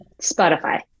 Spotify